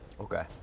Okay